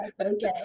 Okay